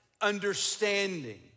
understanding